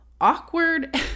awkward